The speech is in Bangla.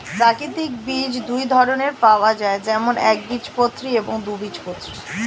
প্রাকৃতিক বীজ দুই ধরনের পাওয়া যায়, যেমন একবীজপত্রী এবং দুই বীজপত্রী